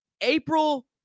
April